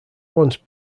once